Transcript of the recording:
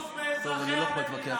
בהפגנה הזאת לא דיברו על זה ולא שום דבר,